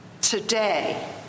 Today